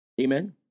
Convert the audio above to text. Amen